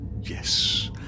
Yes